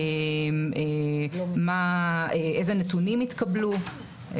איזה נתונים התקבלו.